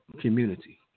community